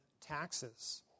taxes